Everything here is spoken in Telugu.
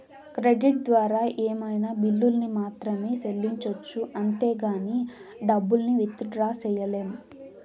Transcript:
క్రెడిట్ ద్వారా ఏమైనా బిల్లుల్ని మాత్రమే సెల్లించొచ్చు అంతేగానీ డబ్బుల్ని విత్ డ్రా సెయ్యలేం